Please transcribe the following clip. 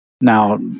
Now